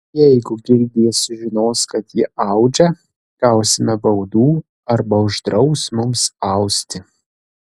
jeigu gildija sužinos kad ji audžia gausime baudų arba uždraus mums austi